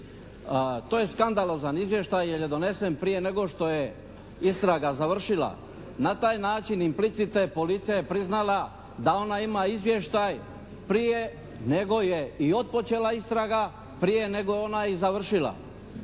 To je skandalozan izvještaj jer je donesen prije nego što je istraga završila. Na taj način implicite policija je priznala da ona ima izvještaj prije nego je i otpočela istraga, prije nego je ona i završila.